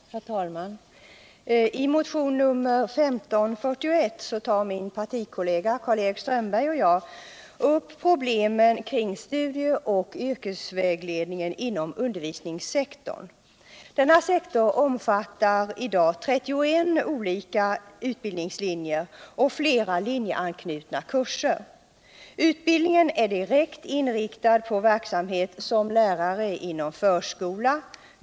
Herr talman! I motion 1541 tar min partikollega Karl-Erik Strömberg och jag upp problemen kring studic och yrkesvägledningen inom undervisningssektorn. Denna sektor omfattar i dag 31 olika utbildningslinjer och flera linjeanknutna kurser. Utbildningen är direkt inriktad på verksamhet som lärare inom förskolan.